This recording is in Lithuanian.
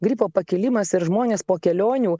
gripo pakilimas ir žmonės po kelionių